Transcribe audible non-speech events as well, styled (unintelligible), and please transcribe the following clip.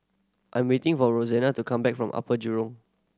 I'm waiting for (unintelligible) to come back from Upper Jurong